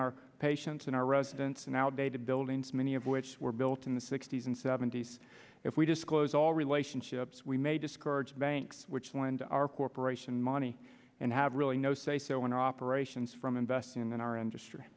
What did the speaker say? our patients and our residents and outdated buildings many of which were built in the sixty's and seventy's if we disclose all relationships we may discourage banks which lend our corporation money and have really no say so in our operations from investing in our industry